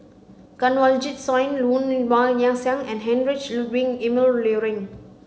Kanwaljit Soin Woon Wah Siang and Heinrich Ludwig Emil Luering